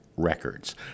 Records